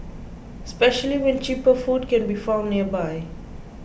especially when cheaper food can be found nearby